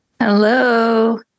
Hello